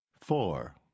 Four